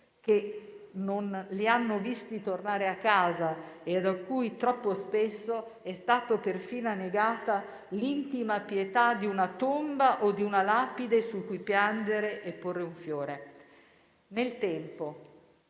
che non li hanno visti tornare a casa, e a cui troppo spesso è stata perfino negata l'intima pietà di una tomba o di una lapide su cui piangere o deporre un fiore. Nel tempo,